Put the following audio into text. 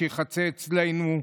שייחצה אצלנו,